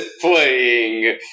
playing